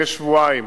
כשבועיים